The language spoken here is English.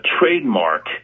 trademark